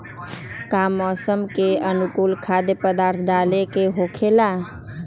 का मौसम के अनुकूल खाद्य पदार्थ डाले के होखेला?